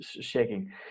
shaking